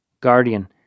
guardian